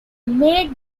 made